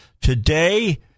Today